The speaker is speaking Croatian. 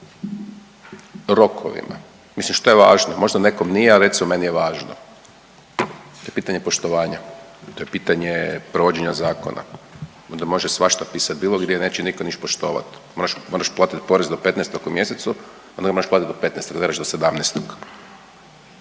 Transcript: rokovima. Mislim šta je važno? Možda nekom nije, a recimo, meni je važno, to je pitanje poštovanja. To je pitanje provođenja zakona, onda može svašta pisat bilo gdje, neće nitko niš poštovat, moraš platit porez do 15. u mjesecu, onda moraš platit do 15., .../Govornik